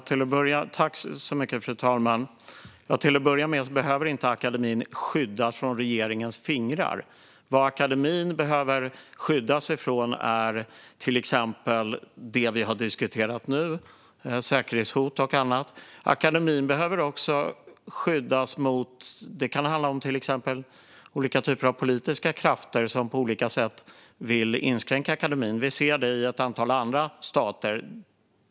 Fru talman! Till att börja med behöver inte akademin skyddas från regeringens fingrar. Vad akademin behöver skyddas från är till exempel sådant som vi har diskuterat nu, alltså säkerhetshot och annat. Akademin behöver också skyddas mot till exempel olika politiska krafter som på olika sätt vill inskränka akademin. Vi ser det i ett antal andra stater.